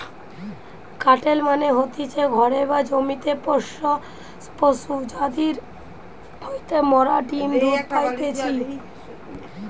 কাটেল মানে হতিছে ঘরে বা জমিতে পোষ্য পশু যাদির হইতে মোরা ডিম্ দুধ পাইতেছি